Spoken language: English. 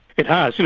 it has. you know,